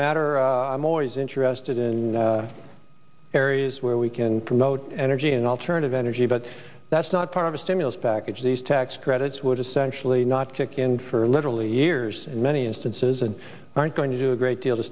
matter i'm always interested in areas where we can promote energy and alternative energy but that's not part of a stimulus package these tax credits would essentially not kick in for literally years lenny instances and aren't going to do a great deal to